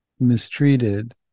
mistreated